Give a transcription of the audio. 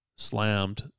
Slammed